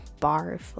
barf